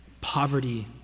poverty